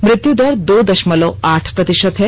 मृत्य दर दो दशमलव आठ प्रतिशत है